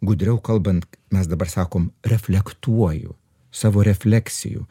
gudriau kalbant mes dabar sakom reflektuoju savo refleksijų